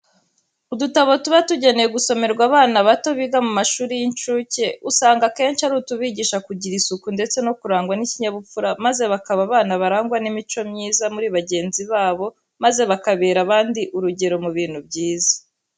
Udutabo tuba tugenewe gusomerwa abana bato biga mu mashuri y'incuke usanga akenshi ari utubigisha kugira isuku ndetse no kurangwa n'ikinyabupfura maze bakaba abana barangwa n'imico myiza muri bagenzi babo maze bakabera abandi urugero mu bintu byiza.